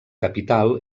capital